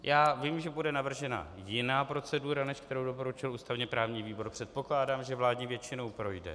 Já vím, že bude navržena jiná procedura, než kterou doporučil ústavněprávní výbor, předpokládám, že vládní většinou projde.